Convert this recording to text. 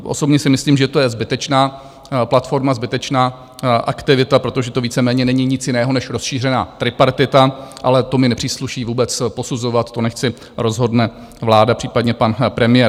Osobně si myslím, že to je zbytečná platforma, zbytečná aktivita, protože to víceméně není nic jiného než rozšířená tripartita, ale to mi nepřísluší vůbec posuzovat, to nechť si rozhodne vláda, případně pan premiér.